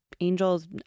angels